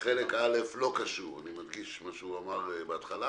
אני מדגיש מה שהוא אמר בהתחלה